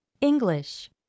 English